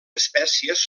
espècies